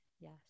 Yes